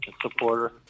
supporter